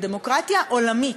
בדמוקרטיה העולמית,